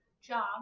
job